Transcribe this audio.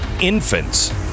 infants